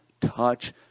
touch